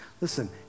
Listen